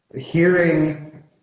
hearing